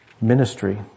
ministry